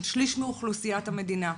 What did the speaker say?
שליש מאוכלוסיית המדינה.